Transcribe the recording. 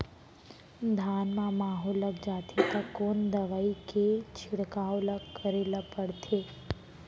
धान म माहो लग जाथे त कोन दवई के छिड़काव ल करे ल पड़थे?